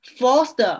forced